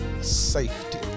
safety